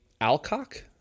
Alcock